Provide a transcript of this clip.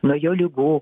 nuo jo ligų